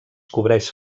cobreix